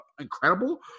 incredible